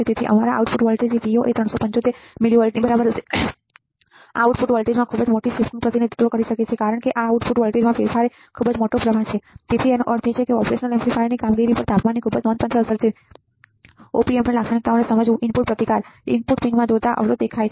તેથી અમારા output voltage Vo એ375 મિલીવોલ્ટની બરાબર હશે આ આઉટપુટ વોલ્ટેજમાં ખૂબ જ મોટી શિફ્ટનું પ્રતિનિધિત્વ કરી શકે છે કારણ કે આ આઉટપુટ વોલ્ટેજમાં ફેરફાર એ ખૂબ જ મોટો પ્રવાહ છે તેથીતેનો અર્થ એ છે કે ઓપરેશનલ એમ્પ્લીફાયરની કામગીરી પર તાપમાનની ખૂબ જ નોંધપાત્ર અસર છે Op amp લાક્ષણિકતાઓને સમજવું ઇનપુટ પ્રતિકાર ઇનપુટ પિનમાં જોતા અવરોધ દેખાય છે